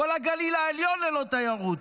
כל הגליל העליון ללא תיירות,